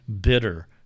bitter